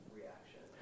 reaction